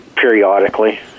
periodically